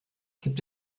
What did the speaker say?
gibt